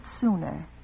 sooner